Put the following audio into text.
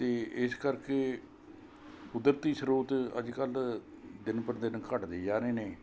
ਅਤੇ ਇਸ ਕਰਕੇ ਕੁਦਰਤੀ ਸ੍ਰੋਤ ਅੱਜ ਕੱਲ੍ਹ ਦਿਨ ਪਰ ਦਿਨ ਘਟਦੇ ਜਾ ਰਹੇ ਨੇ